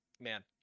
Man